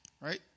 right